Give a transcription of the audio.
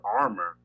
armor